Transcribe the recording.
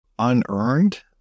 unearned